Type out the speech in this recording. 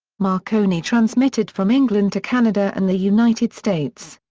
marconi transmitted from england to canada and the united states.